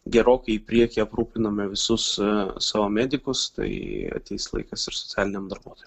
gerokai į priekį aprūpinome visus savo medikus tai ateis laikas ir socialiniam darbuotojam